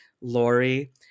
Lori